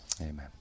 amen